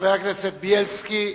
חבר הכנסת בילסקי,